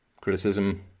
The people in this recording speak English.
criticism